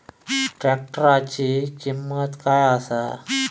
ट्रॅक्टराची किंमत काय आसा?